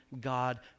God